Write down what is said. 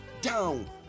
down